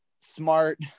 smart